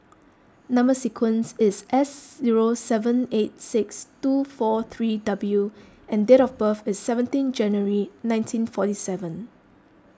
Number Sequence is S zero seven eight six two four three W and date of birth is seventeen January nineteen forty seven